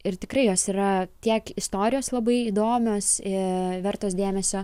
ir tikrai jos yra tiek istorijos labai įdomios i vertos dėmesio